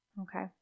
Okay